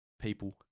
people